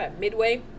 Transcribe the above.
Midway